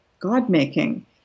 God-making